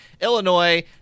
Illinois